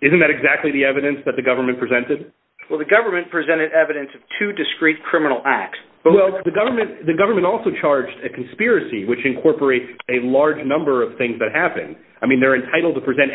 isn't that exactly the evidence that the government presented with the government presented evidence to discrete criminal acts of the government the government also charged a conspiracy which incorporates a large number of things that happened i mean they're entitled to present